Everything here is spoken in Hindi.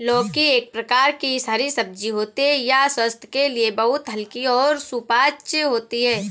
लौकी एक प्रकार की हरी सब्जी होती है यह स्वास्थ्य के लिए बहुत हल्की और सुपाच्य होती है